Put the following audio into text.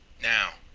now,